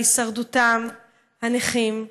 על הישרדותם הנכים,